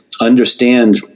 understand